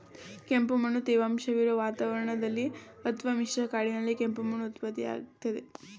ಕೆಂಪುಮಣ್ಣು ತೇವಾಂಶವಿರೊ ವಾತಾವರಣದಲ್ಲಿ ಅತ್ವ ಮಿಶ್ರ ಕಾಡಿನಲ್ಲಿ ಕೆಂಪು ಮಣ್ಣು ಉತ್ಪತ್ತಿಯಾಗ್ತದೆ